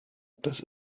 das